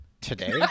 Today